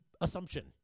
assumption